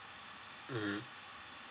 mm